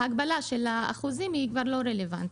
ההגבלה של האחוזים היא כבר לא רלוונטית.